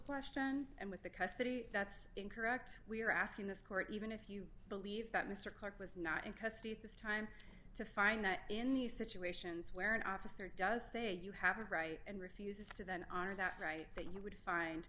question and with the custody that's incorrect we're asking this court even if you believe that mr clarke was not in custody at this time to find that in these situations where an officer does say you have a right and refuses to then honor that right that you would find